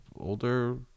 older